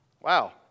Wow